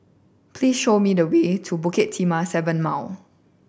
please show me the way to Bukit Timah Seven Mile